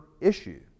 issue